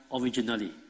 originally